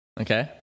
Okay